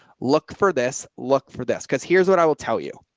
look for this. look for this. cause here's what i will tell you.